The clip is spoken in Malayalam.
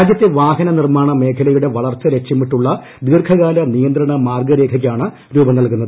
രാജ്യത്തെ വാഹന നിർമ്മാണ മേഖലയുടെ വളർച്ച ലക്ഷ്യമിട്ടുള്ള ദീർഘകാല നിയന്ത്രണ മാർഗ്ഗരേഖയ്ക്കാണ് രൂപം നൽകുന്നത്